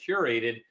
Curated